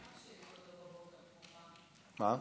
למה,